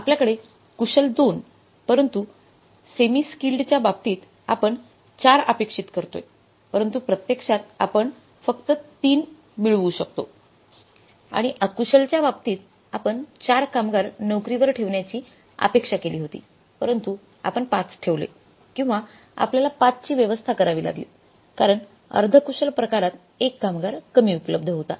आपल्याकडे कुशल 2 परंतु सेमीस्कल्डच्या बाबतीत आपण 4 अपेक्षित करतोय परंतु प्रत्यक्षात आपण फक्त 3 मिळवू शकतो आणि अकुशलच्या बाबतीत आपण 4 कामगार नोकरीवर ठेवण्याची अपेक्षा केली होती परंतु आपण 5 ठेवले किंवा आपल्याला 5 ची व्यवस्था करावी लागली कारण अर्धकुशल प्रकारात एक कामगार कमी उपलब्ध होता